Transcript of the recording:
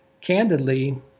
Candidly